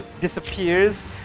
disappears